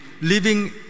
living